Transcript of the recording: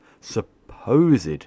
supposed